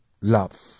love